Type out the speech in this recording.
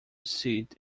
seat